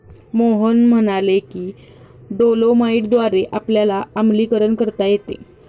मोहन म्हणाले की डोलोमाईटद्वारे आपल्याला आम्लीकरण करता येते